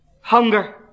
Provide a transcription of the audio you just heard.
Hunger